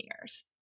years